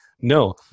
No